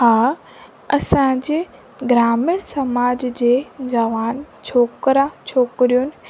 हा असांजे ग्रामीण समाज जे जवान छोकिरा छोकिरियूं